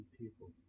people